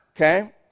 Okay